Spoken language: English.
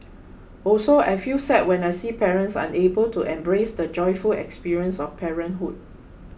also I feel sad when I see parents unable to embrace the joyful experience of parenthood